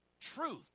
Truth